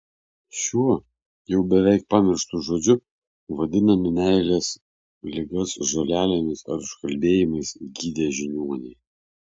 šiuo jau beveik pamirštu žodžiu vadinami meilės ligas žolelėmis ar užkalbėjimais gydę žiniuoniai